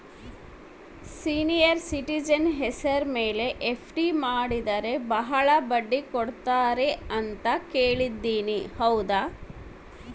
Senior citizen ಹೆಸರ ಮೇಲೆ FD ಮಾಡಿದರೆ ಬಹಳ ಬಡ್ಡಿ ಕೊಡ್ತಾರೆ ಅಂತಾ ಕೇಳಿನಿ ಹೌದಾ?